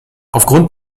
aufgrund